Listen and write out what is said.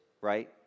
right